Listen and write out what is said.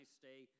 stay